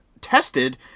tested